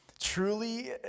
truly